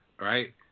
Right